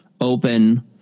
open